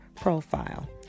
profile